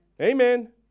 Amen